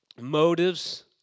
motives